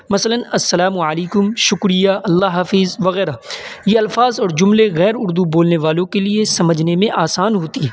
مثلاً السلام علیکم شکریہ اللہ حافظ وغیرہ یہ الفاظ اور جملے غیر اردو بولنے والوں کے لیے سمجھنے میں آسان ہوتی ہیں